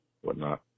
whatnot